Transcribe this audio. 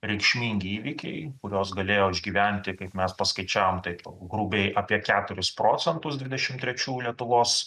reikšmingi įvykiai kuriuos galėjo išgyventi kaip mes paskaičiavom taip grubiai apie keturis procentus dvidešim trečių lietuvos